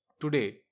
today